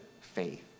faith